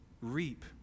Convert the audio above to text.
reap